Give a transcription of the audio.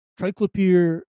Triclopyr